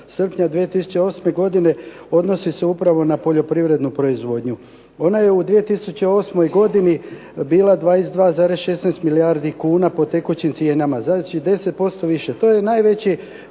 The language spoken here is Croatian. srpnja 2008. godine odnosi se upravo na poljoprivrednu proizvodnju. Ona je u 2008. godini bila 22,16 milijardi kuna po tekućim cijenama, znači 10% više. To je najveći